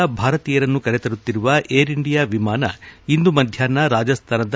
ಇರಾನ್ನಿಂದ ಭಾರತೀಯರನ್ನು ಕರೆತರುತ್ತಿರುವ ಏರ್ ಇಂಡಿಯಾ ವಿಮಾನ ಇಂದು ಮಧ್ಯಾಪ್ನ ರಾಜಸ್ವಾನದ